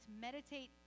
meditate